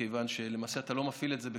מכיוון שאתה לא מפעיל את זה בכלום,